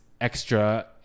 extra